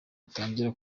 rutangira